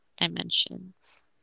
dimensions